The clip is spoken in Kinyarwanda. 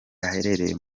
aherereye